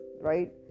right